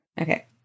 Okay